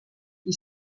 qui